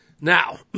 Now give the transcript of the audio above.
Now